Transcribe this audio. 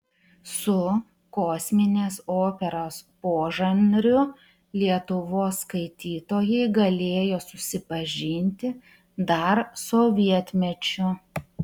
su kosminės operos požanriu lietuvos skaitytojai galėjo susipažinti dar sovietmečiu